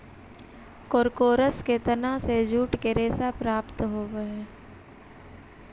कोरकोरस के तना से जूट के रेशा प्राप्त होवऽ हई